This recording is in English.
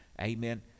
amen